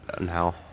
now